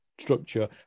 structure